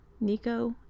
nico